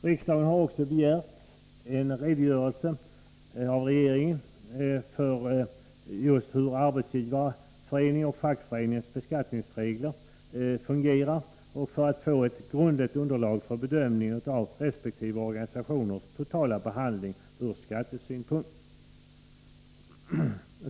Riksdagen har också begärt en redogörelse av regeringen för just hur Arbetsgivareföreningens och fackföreningarnas beskattningsregler fungerar, för att få ett grundligt underlag för bedömning av resp. organisationers totala behandling ur skattesynpunkt.